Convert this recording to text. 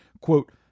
quote